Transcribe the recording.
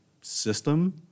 system